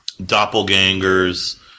doppelgangers